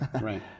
Right